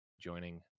joining